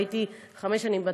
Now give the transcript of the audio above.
והייתי חמש שנים בצבא.